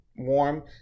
warm